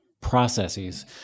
processes